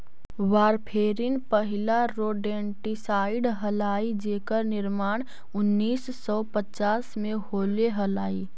warfarin पहिला rodenticide हलाई जेकर निर्माण उन्नीस सौ पच्चास में होले हलाई